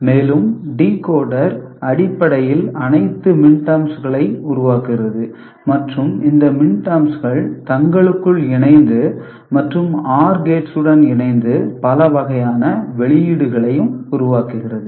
மேலும் டிகோடர் அடிப்படையில் அனைத்து மிண்டெர்ம்ஸ்களை உருவாக்குகிறது மற்றும் இந்த மிண்டெர்ம்கள் தங்களுக்குள் இணைந்து மற்றும் ஆர் கேட்ஸ் உடன்இணைந்துபலவகையான வெளியீடுகளை உருவாக்குகிறது